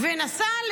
ונסעה